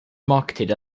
marketed